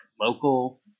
local